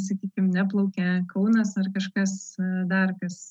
sakykim neplaukė kaunas ar kažkas dar kas